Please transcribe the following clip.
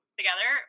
together